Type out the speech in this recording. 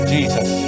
Jesus